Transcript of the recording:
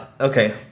Okay